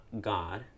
God